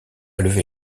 lever